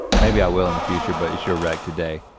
maybe i will in the future, but it's your wrecked today.